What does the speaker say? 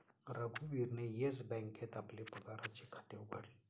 रघुवीरने येस बँकेत आपले पगाराचे खाते उघडले